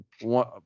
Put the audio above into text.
one